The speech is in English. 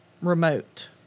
remote